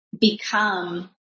become